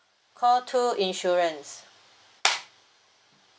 call two insurance